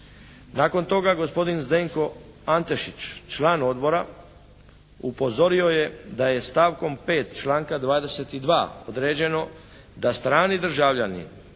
Nakon toga gospodin Zdenko Antešić, član odbora upozorio je da je stavkom 5. članka 22. određeno da strani državljani